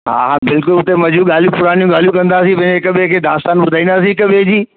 हा हा बिल्कुलु हुते मंझियूं ॻाल्हियूं पुरानियूं ॻाल्हियूं कंदासीं ॿे हिकु ॿे खे दास्तानु ॿुधाईंदासीं हिकु ॿिए जी